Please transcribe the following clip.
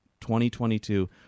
2022